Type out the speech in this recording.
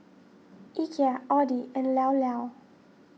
Ikea Audi and Llao Llao